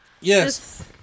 Yes